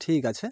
ঠিক আছে